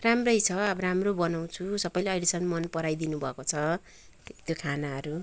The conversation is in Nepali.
राम्रै छ अब राम्रो बनाउँछु सबैले अहिलेसम्म मनपराई दिनुभएको छ त्यो खानाहरू